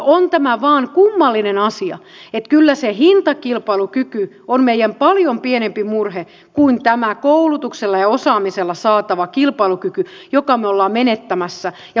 on tämä vain kummallinen asia että kyllä se hintakilpailukyky on meidän paljon pienempi murhe kuin tämä koulutuksella ja osaamisella saatava kilpailukyky jonka me olemme menettämässä